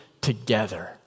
together